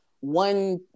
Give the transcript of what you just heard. one